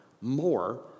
more